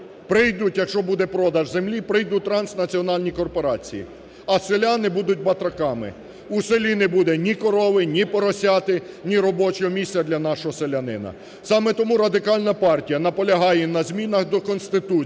Прийдуть, якщо буде продаж землі, прийдуть транснаціональні корпорації, а селяни будуть батраками, у селі не буде ні корови, ні поросяти, ні робочого місця для нашого селянина. Саме тому Радикальна партія наполягає на змінах до Конституції